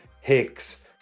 hicks